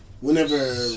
whenever